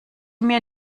mir